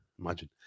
imagine